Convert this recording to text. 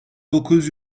dokuz